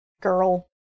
Girl